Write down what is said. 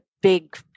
big